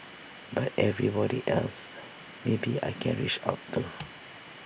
but everybody else maybe I can reach out to